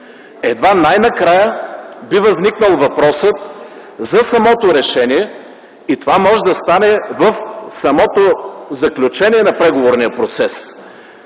Едва най-накрая би възникнал въпросът за самото решение и това може да стане в самото заключение на преговорния процес.